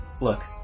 Look